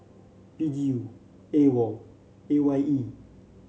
P G U AWOL A Y E